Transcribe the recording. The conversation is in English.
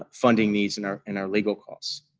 funding needs and our and our legal costs.